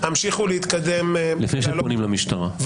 לפני שפונים למשטרה.